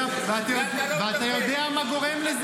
בזה אתה לא מטפל.